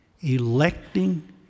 electing